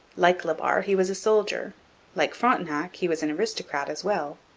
like la barre, he was a soldier like frontenac, he was an aristocrat as well.